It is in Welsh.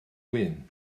wyn